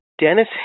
Dennis